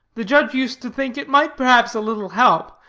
the judge used to think it might perhaps a little help,